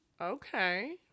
Okay